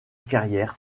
carrière